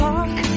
Park